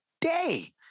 day